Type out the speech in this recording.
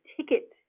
ticket